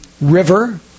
river